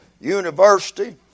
University